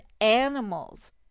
animals